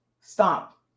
stop